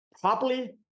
properly